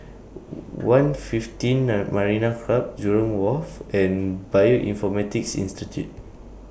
one fifteen Marina Club Jurong Wharf and Bioinformatics Institute